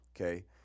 Okay